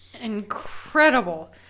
Incredible